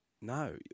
No